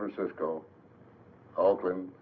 francisco oakland